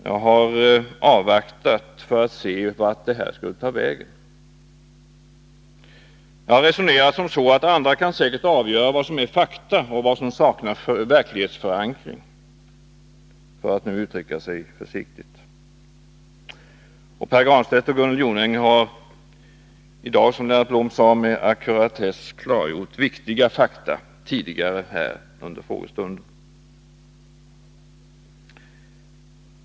Jag har avvaktat för att se vart detta skulle ta vägen. Jag har resonerat som så: Andra kan säkert avgöra vad som är fakta och vad som saknar verklighetsförankring, för att nu uttrycka sig försiktigt. Pär Granstedt och Gunnel Jonäng har i dag, som Lennart Blom sade, med ackuratess klargjort viktiga fakta tidigare under frågestunden.